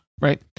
right